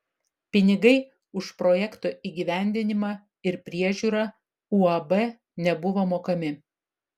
pinigai už projekto įgyvendinimą ir priežiūrą uab nebuvo mokami